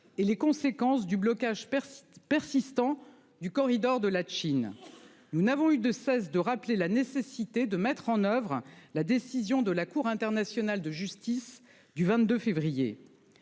et les conséquences du blocage persiste persistant du corridor de Latchine. Nous n'avons eu de cesse de rappeler la nécessité de mettre en oeuvre la décision de la Cour internationale de justice du 22 février.